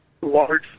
large